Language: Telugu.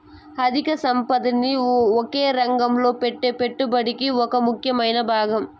అధిక సంపదని ఒకే రంగంలో పెట్టే పెట్టుబడి ఒక ముఖ్యమైన భాగం